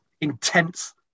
intense